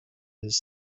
his